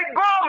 go